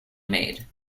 made